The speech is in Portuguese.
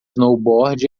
snowboard